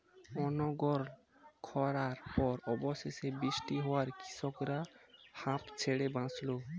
অনর্গল খড়ার পর অবশেষে বৃষ্টি হওয়ায় কৃষকরা হাঁফ ছেড়ে বাঁচল